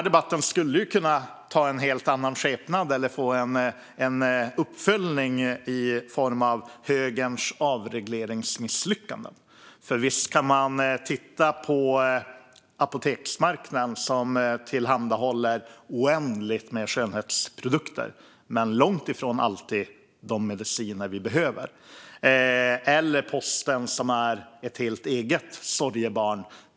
Debatten skulle kunna ta en helt annan skepnad eller få en uppföljning i form av högerns avregleringsmisslyckanden. Visst kan man titta på apoteksmarknaden, som tillhandahåller oändligt med skönhetsprodukter men långt ifrån alltid de mediciner vi behöver, eller posten, som är ett helt eget sorgebarn.